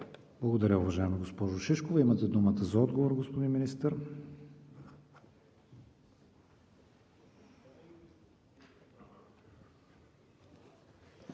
Благодаря, уважаема госпожо Шишкова. Имате думата за отговор, господин Министър.